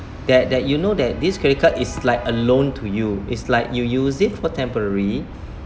that that you know that this credit card is like a loan to you is like you use it for temporary